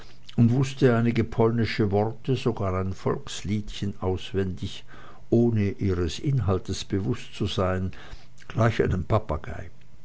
und wußte einige polnische worte sogar ein volksliedchen auswendig ohne ihres inhaltes bewußt zu sein gleich einem papagei